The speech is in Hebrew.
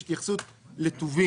יש התייחסות לטובין.